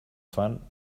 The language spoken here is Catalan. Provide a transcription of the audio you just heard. fan